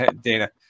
dana